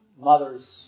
mothers